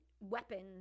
weapons